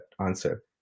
answer